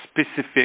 specific